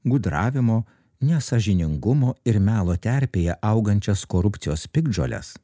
gudravimo nesąžiningumo ir melo terpėje augančias korupcijos piktžoles